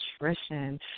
Nutrition